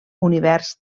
univers